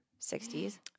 60s